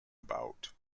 about